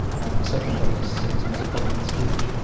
and the second commonest symptom is a problem with speech.